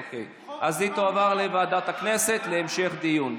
אוקיי, אז היא תועבר לוועדת הכנסת להמשך דיון.